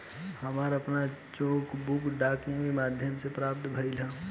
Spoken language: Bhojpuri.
हमरा आपन चेक बुक डाक के माध्यम से प्राप्त भइल ह